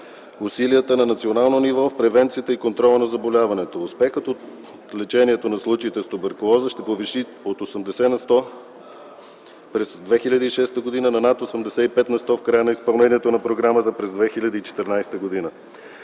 усилията на национално ниво, превенцията и контрола на заболяването. Успехът от лечението на случаите с туберкулоза ще се повиши от 80 на сто през 2006 г. на над 80 на сто в края на изпълнението на програмата през 2014 г.